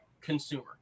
consumer